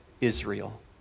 Israel